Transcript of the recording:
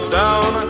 down